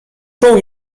czuł